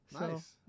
Nice